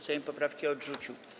Sejm poprawki odrzucił.